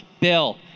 Bill